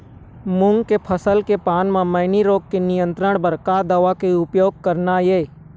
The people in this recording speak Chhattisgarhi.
मूंग के फसल के पान म मैनी रोग के नियंत्रण बर का दवा के उपयोग करना ये?